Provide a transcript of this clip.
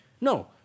No